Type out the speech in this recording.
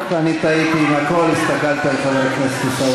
זו